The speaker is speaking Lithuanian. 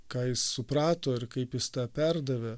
ką jis suprato ir kaip jis tą perdavė